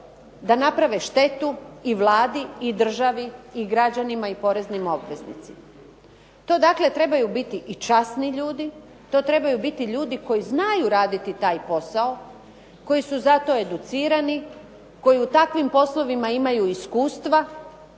da naprave štetu i Vladi i državi i građanima i poreznim obveznicima. To dakle trebaju biti i časni ljudi, to trebaju biti ljudi koji znaju raditi taj posao, koji su za to educirani, koji u takvim poslovima imaju iskustva,